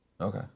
okay